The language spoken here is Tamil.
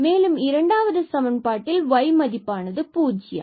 மேலும் இரண்டாவது சமன்பாட்டில் y0 இருந்து மதிப்பானது கிடைக்கும்